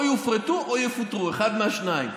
או יופרטו או יפוטרו, אחד מהשניים.